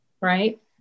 Right